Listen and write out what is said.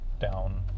down